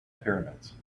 pyramids